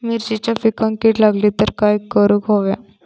मिरचीच्या पिकांक कीड लागली तर काय करुक होया?